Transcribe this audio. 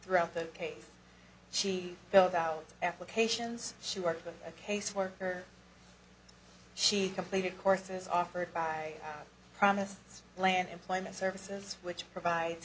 throughout the case she built out applications she worked with a caseworker she completed courses offered by promised land employment services which provide